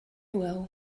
well